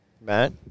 Matt